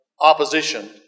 opposition